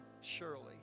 surely